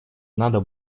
надо